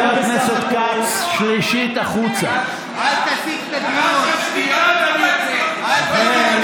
אל תסיט את הדיון.